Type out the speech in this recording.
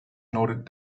noted